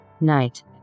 Night